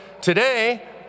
Today